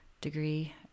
degree